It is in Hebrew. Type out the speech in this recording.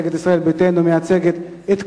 מפלגת ישראל ביתנו מייצגת את כולם,